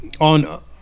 on